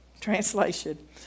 translation